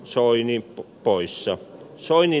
soinin poissa soini